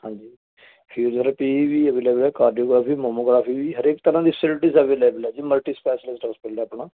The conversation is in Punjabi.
ਹਾਂਜੀ ਫੀਜਓਥੈਰਪੀ ਵੀ ਅਵੇਲੇਬਲ ਹੈ ਕਾਰਡੀਓਗ੍ਰਾਫੀ ਵੀ ਮੋਮੋਗਰਾਫੀ ਵੀ ਹਰੇਕ ਤਰ੍ਹਾਂ ਦੀ ਫੈਸਿਲਟੀ ਅਵੇਲੇਬਲ ਹੈ ਜੀ ਮਲਟੀ ਸਪੈਸ਼ਲਿਸਟ ਹੌਸਪੀਟਲ ਹੈ ਆਪਣਾ